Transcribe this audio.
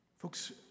Folks